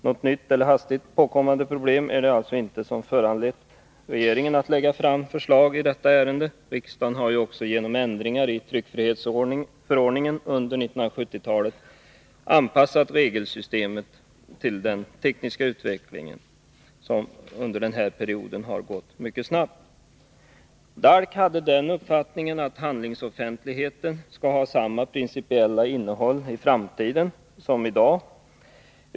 Något nytt eller hastigt påkommet problem är det alltså inte som föranlett regeringen att lägga fram förslag i detta ärende. Riksdagen har ju också genom ändringar i tryckfrihetsförordningen under 1970-talet anpassat regelsystemet till den tekniska utvecklingen, som under denna period gått mycket snabbt. DALK hade den uppfattningen att handlingsoffentligheten skall ha samma principiella innehåll i framtiden som i dag.